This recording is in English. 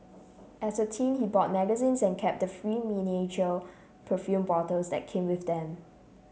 as a teen he bought magazines and kept the free miniature perfume bottles that came with them